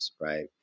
Right